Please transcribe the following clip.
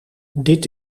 dit